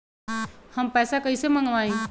हम पैसा कईसे मंगवाई?